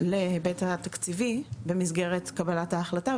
בעצם להיבט התקציבי במסגרת קבלת ההחלטה,